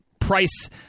price